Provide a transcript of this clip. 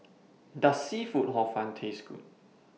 Does Seafood Hor Fun Taste Good